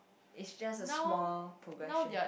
it's just a small progression